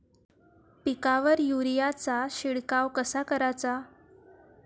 पिकावर युरीया चा शिडकाव कसा कराचा?